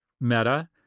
Meta